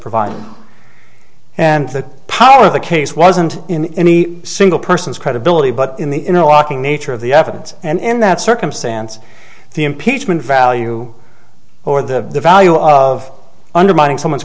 provided and the power of the case wasn't in any single person's credibility but in the interlocking nature of the evidence and in that circumstance the impeachment value or the value of undermining someone's